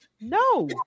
No